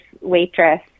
waitress